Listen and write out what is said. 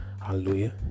Hallelujah